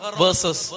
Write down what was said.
versus